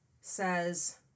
says